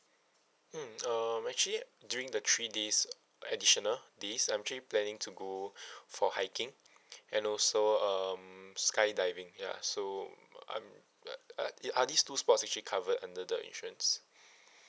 mm um actually during the three days additional days I'm actually planning to go for hiking and also um skydiving ya so um uh are are these two sports actually covered under the insurance